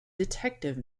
detective